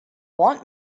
want